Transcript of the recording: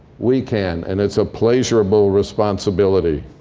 we can. and it's a pleasurable responsibility.